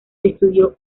estudió